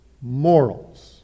morals